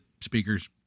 speakers